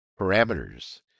parameters